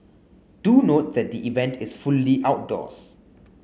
do note that the event is fully outdoors